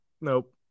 Nope